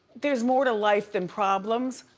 there's more to life than problems.